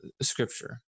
scripture